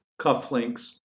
cufflinks